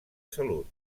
salut